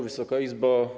Wysoka Izbo!